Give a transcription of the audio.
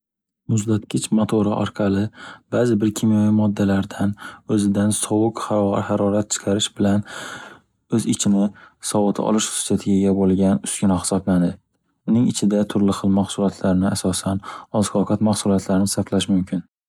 Muzlatkich motori orqali baʼzi bir kimyoviy moddalardan oʻzidan sovuq havo harorat chiqarish bilan oʻz ichini sovutaolish xususiyatiga ega boʻlgan uskuna hisoblanadi. Uning ichida turli xil mahsulotlarni asosan oziq-ovqat mahsulotlari saqlash mumkin.